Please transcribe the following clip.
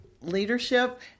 leadership